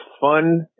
fun